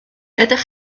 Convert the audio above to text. ydych